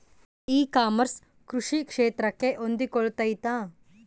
E commerce ಕೃಷಿ ಕ್ಷೇತ್ರಕ್ಕೆ ಹೊಂದಿಕೊಳ್ತೈತಾ?